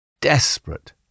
Desperate